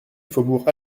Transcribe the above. faubourg